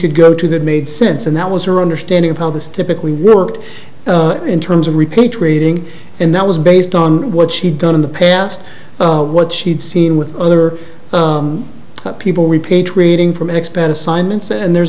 could go to that made sense and that was her understanding of how this typically worked in terms of repatriating and that was based on what she'd done in the past what she had seen with other people repatriating from expand assignments and there's